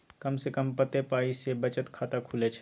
कम से कम कत्ते पाई सं बचत खाता खुले छै?